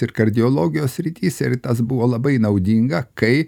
ir kardiologijos srityse ir tas buvo labai naudinga kai